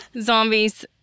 Zombies